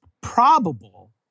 probable